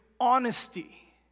honesty